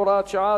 הוראת שעה)